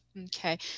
Okay